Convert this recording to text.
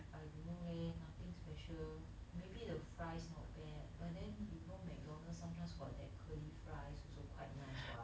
I don't know leh nothing special maybe the fries not bad but then you know Mcdonald's sometimes got that curly fries also quite nice [what]